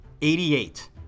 88